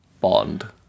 Bond